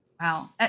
Wow